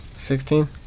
Sixteen